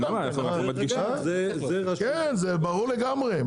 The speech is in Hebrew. זה ברור לגמרי.